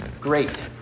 great